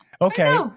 Okay